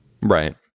Right